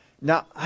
Now